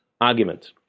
argument